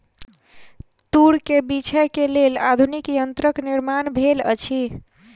तूर के बीछै के लेल आधुनिक यंत्रक निर्माण भेल अछि